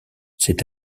c’est